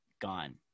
gone